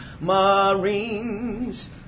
marines